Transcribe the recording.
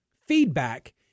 Feedback